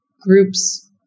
groups